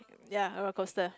ya roller coaster